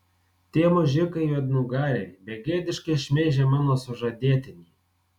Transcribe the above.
tie mužikai juodnugariai begėdiškai šmeižia mano sužadėtinį